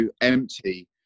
empty